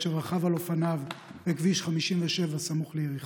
שרכב על אופניו בכביש 57 סמוך ליריחו,